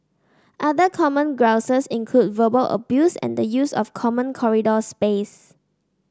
other common grouses include verbal abuse and the use of common corridor space